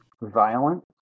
violence